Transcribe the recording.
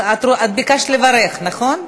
את ביקשת לברך, נכון?